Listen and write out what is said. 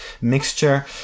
mixture